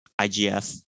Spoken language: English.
IGF